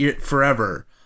Forever